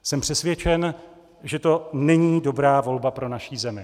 Jsem přesvědčen, že to není dobrá volba pro naši zemi.